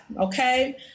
Okay